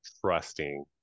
trusting